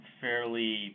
fairly